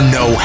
no